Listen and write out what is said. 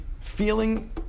feeling